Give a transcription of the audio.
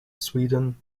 sweden